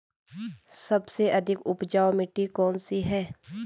सबसे अधिक उपजाऊ मिट्टी कौन सी है?